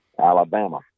Alabama